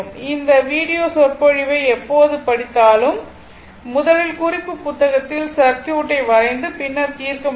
இந்த வீடியோ சொற்பொழிவை எப்போது படித்தாலும் முதலில் குறிப்பு புத்தகத்தில் சர்க்யூட் ஐ வரைந்து பின்னர் தீர்க்க முயற்சிக்க வேண்டும்